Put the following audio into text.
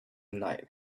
night